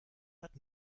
hat